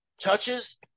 touches